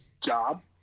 job